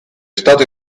stato